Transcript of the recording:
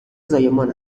زایمان